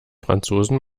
franzosen